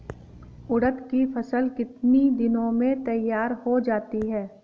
उड़द की फसल कितनी दिनों में तैयार हो जाती है?